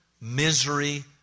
misery